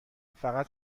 فقط